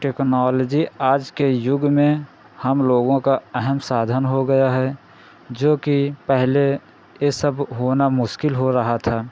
technology आज के यूग में हम लोगों का अहम साधन हो गया है जो कि पहले ये सब होना मुश्किल हो रहा था